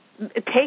take